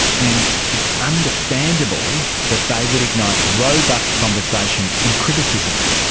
and it's understandable that they would ignite robust conversation and criticism.